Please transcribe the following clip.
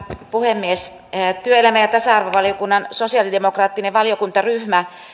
puhemies työelämä ja tasa arvovaliokunnan sosialidemokraattinen valiokuntaryhmä